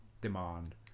demand